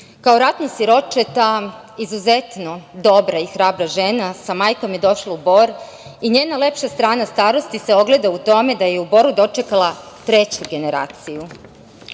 Kao ratno siroče ta izuzetno dobra i hrabra žena sa majkom je došla u Bor i njena lepša strana starosti se ogleda u tome da je u Boru dočekala treću generaciju. Do